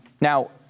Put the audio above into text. Now